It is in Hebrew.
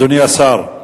אדוני השר.